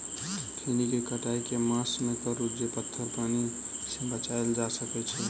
खैनी केँ कटाई केँ मास मे करू जे पथर पानि सँ बचाएल जा सकय अछि?